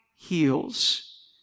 heals